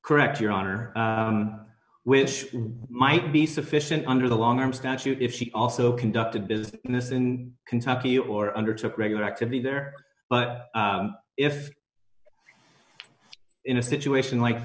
correct your honor which might be sufficient under the long arm statute if she also conducted business in kentucky or undertook regular activity there but if in a situation like